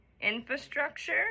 infrastructure